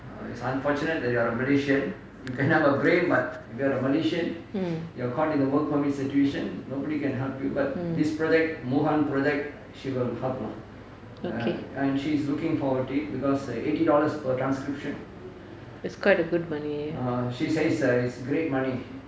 mm okay